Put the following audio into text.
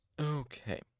Okay